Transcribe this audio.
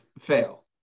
fail